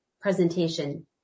presentation